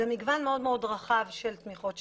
זה מגוון מאוד מאוד רחב של תמיכות קיים.